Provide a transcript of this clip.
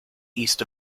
east